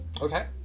Okay